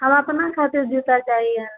हम अपना खातिर जुता चाही हँ